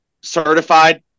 certified